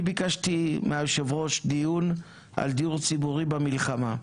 אני ביקשתי מיושב-הראש דיון על דיור ציבורי במלחמה,